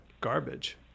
garbage